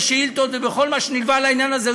בשאילתות ובכל מה שנקבע לעניין הזה,